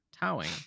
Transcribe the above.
towing